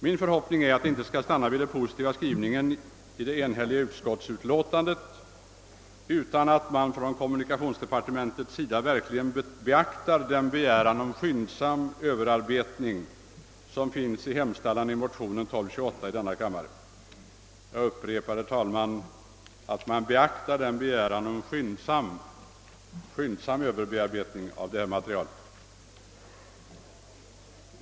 Min förhoppning är att det inte skall stanna vid den positiva skrivning som det enhälliga utskottsutlåtandet innehåller, utan att kommunikationsdepartementet verkligen beaktar den begäran om skyndsam överarbetning som framförts i hemställan i motion II: 1228. Jag upprepar, herr talman, att denna begäran gäller en skyndsam överarbetning av materialet.